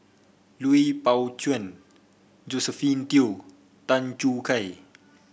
Lui Pao Chuen Josephine Teo Tan Choo Kai